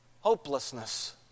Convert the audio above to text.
hopelessness